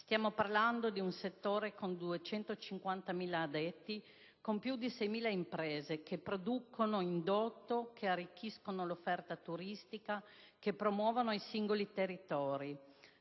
Stiamo parlando di un settore con 250.000 addetti, con più di 6.000 imprese, che producono indotto, che arricchiscono l'offerta turistica, che promuovono i singoli territori.